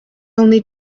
only